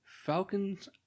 Falcons